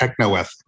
technoethics